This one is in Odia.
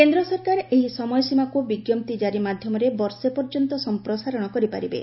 କେନ୍ଦ୍ର ସରକାର ଏହି ସମୟସୀମାକୁ ବିଜ୍ଞପ୍ତି ଜାରି ମାଧ୍ୟମରେ ବର୍ଷେ ପର୍ଯ୍ୟନ୍ତ ସଂପ୍ରସାରଣ କରିପାରିବେ